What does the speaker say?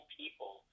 people